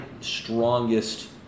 strongest